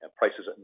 prices